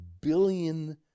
billion